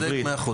צודק, מאה אחוז.